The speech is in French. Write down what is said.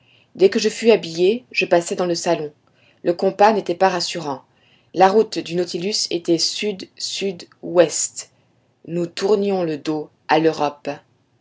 dès que je fus habillé je passai dans le salon le compas n'était pas rassurant la route du nautilus était sud sud ouest nous tournions le dos à l'europe